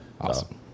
Awesome